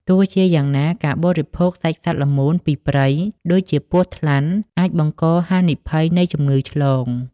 ទោះជាយ៉ាងណា ការបរិភោគសាច់សត្វល្មូនពីព្រៃ ដូចជាពស់ថ្លាន់ អាចបង្កហានិភ័យនៃជំងឺឆ្លង។